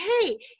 hey